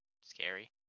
scary